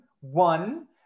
One